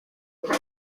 nta